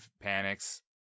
panics